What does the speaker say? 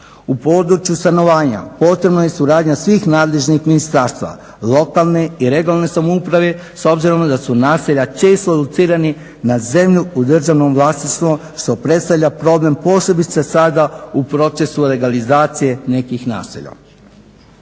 U području stanovanja potrebna je suradnja svih nadležnih ministarstava, lokalne i regionalne samouprave s obzirom da su naselja često locirana na zemlji u državnom vlasništvu što predstavlja problem posebice sada u procesu legalizacije nekih naselja.